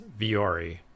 Viore